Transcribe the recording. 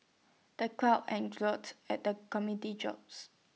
the crowd at the comedy jokes